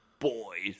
boys